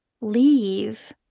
leave